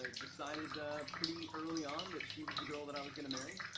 ah decided pretty early on that she was the girl that i was gonna marry.